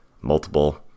multiple